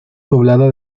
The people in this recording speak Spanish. poblada